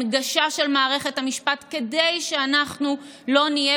הנגשה של מערכת המשפט כדי שאנחנו לא נהיה